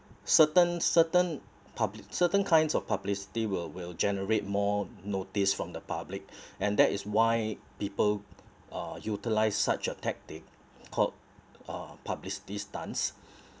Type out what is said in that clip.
certain certain public certain kinds of publicity will will generate more notice from the public and that is why people uh utilise such a tactic called uh publicity stunts